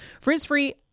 Frizz-free